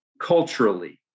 culturally